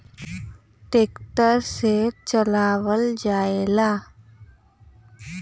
tractor से चलावल जाला